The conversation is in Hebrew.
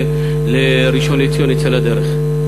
לראשון-לציון יצא לדרך.